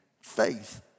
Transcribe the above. faith